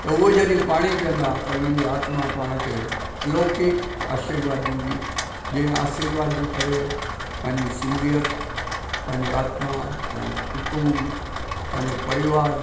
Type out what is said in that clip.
त उहे जॾहिं पाणी पीअंदा त उन्हनि जी आत्मा पाण खे लोकिक आशीर्वाद ॾींदी जीअं आशीर्वाद जे करे पंहिंजी सिंधियत पंहिंजी आत्मा पंहिंजो कुटुम्ब पंहिंजो परिवारु